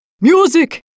Music